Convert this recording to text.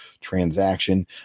transaction